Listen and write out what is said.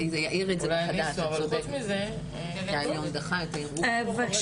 אני רק